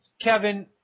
Kevin